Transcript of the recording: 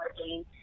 working